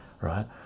right